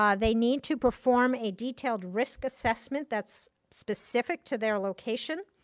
um they need to perform a detailed risk assessment that's specific to their location.